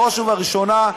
בראש ובראשונה,